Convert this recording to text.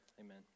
amen